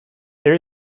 there